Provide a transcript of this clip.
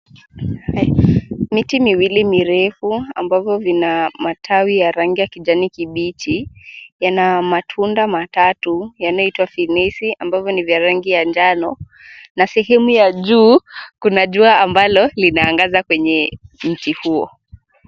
Miti miwili mirefu ambavyo vina matawi ya rangi ya kijani kibichi yana matunda matatu yanayoitwa fenesi ambavyo ni vya rangi ya njano na sehemu ya juu kuna jua ambalo linaangaza kwenye mti huo.